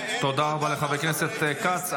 תודה רבה לחבר הכנסת כץ.